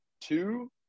two